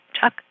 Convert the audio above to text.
Chuck